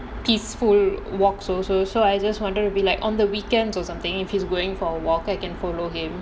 peaceful walks also so I just wanted to be like on the weekends or something if he's going for a walk I can follow him